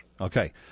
Okay